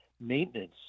maintenance